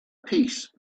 piece